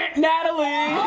natalie.